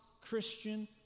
Christian